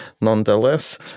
nonetheless